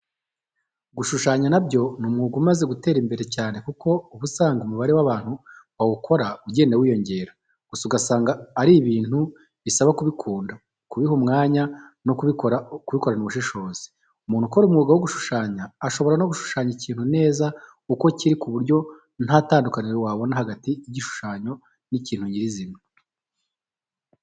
Gushushanya nabyo ni umwuga umaze gutera imbere cyane kuko uba usanga umubare w'abantu bawukora ugenda wiyongera gusa ugasanga ari ibintu bisaba kubikunda, kubiha umwanya no kubikorana ubushishozi. Umuntu ukora umwuga wo gushushanya ashobora no gushushanya ikintu neza uko kiri kuburyo nta tandukaniro wabona hagati yigishushanyo n'ikintu nyirizina.